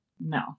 no